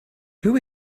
who